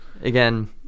Again